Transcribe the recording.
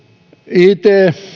it